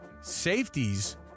Safeties